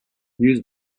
use